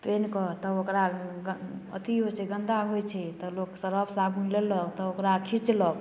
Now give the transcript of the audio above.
पहिन कऽ तब ओकरा अथी होइत छै गन्दा होइत छै तऽ लोक सरफ साबुन लेलक तऽ ओकरा खिचलक